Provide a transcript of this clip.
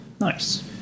Nice